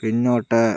പിന്നോട്ട്